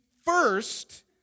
first